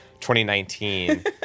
2019